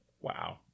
Wow